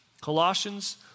Colossians